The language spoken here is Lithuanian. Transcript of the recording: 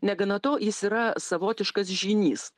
negana to jis yra savotiškas žynys